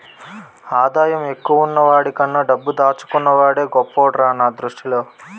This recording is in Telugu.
ఆదాయం ఎక్కువున్న వాడికన్నా డబ్బు దాచుకున్న వాడే గొప్పోడురా నా దృష్టిలో